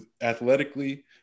athletically